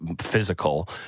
physical